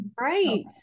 Right